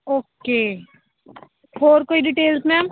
okay ਹੋਰ ਕੋਈ details ma'am